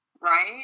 right